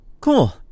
Cool